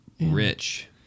rich